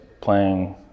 playing